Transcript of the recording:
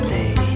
day